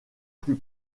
plus